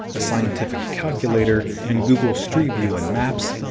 a scientific calculator, and google street view in maps,